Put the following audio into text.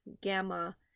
gamma